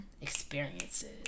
experiences